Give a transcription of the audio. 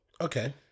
okay